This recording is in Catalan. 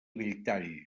belltall